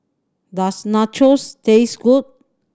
does Nachos taste good